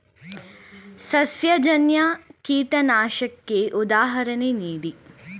ಸಸ್ಯಜನ್ಯ ಕೀಟನಾಶಕಕ್ಕೆ ಉದಾಹರಣೆ ನೀಡಿ?